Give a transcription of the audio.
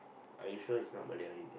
are you sure it's not Malay or anything